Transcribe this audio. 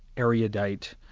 erudite,